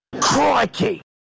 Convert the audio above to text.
Crikey